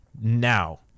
Now